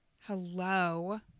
Hello